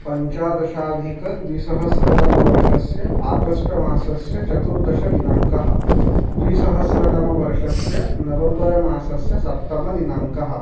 पञ्चादशाधिकद्विसहस्रतमवर्षस्य August मासस्य चतुर्दशदिनाङ्कः द्विसहस्रतमवर्षस्य नवम्बर मासस्य सप्तमदिनाङ्कः